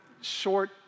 short